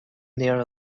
their